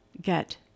get